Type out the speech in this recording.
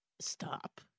Stop